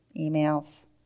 emails